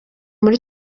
muri